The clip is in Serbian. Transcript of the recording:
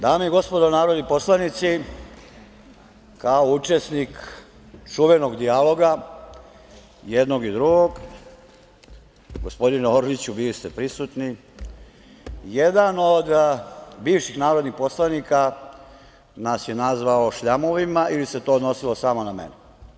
Dame i gospodo narodni poslanici, kao učesnik čuvenog dijaloga, jednog i drugog, gospodine Orliću bili ste prisutni, jedan od bivših narodnih poslanika nas je nazvao šljamovima ili se to odnosilo samo na mene.